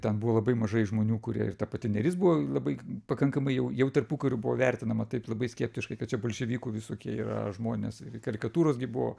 ten buvo labai mažai žmonių kurie ir ta pati neris buvo labai pakankamai jau jau tarpukariu buvo vertinama taip labai skeptiškai kad čia bolševikų visokie yra žmonės karikatūros gi buvo